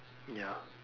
ya